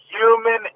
human